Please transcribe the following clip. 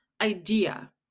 idea